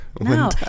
No